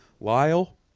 Lyle